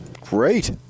Great